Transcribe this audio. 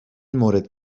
مورد